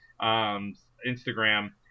Instagram